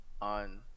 on